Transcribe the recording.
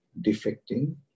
defecting